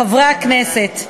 חברי הכנסת,